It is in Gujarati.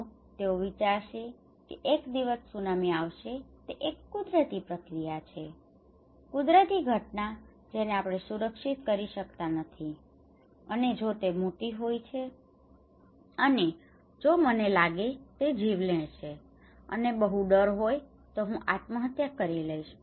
તો તેઓ વિચારશે કે એક દિવસ ત્સુનામી આવશે તે એક કુદરતી ક્રિયા છે કુદરતી ઘટના જેને આપણે સુરક્ષિત કરી શકતા નથી અને જો તે ખૂબ મોટી છે અને જો મને લાગે તે જીવલેણ છે અને બહુ ડર હોય તો હું આત્મહત્યા કરી લઇશ